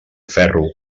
ferro